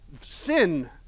Sin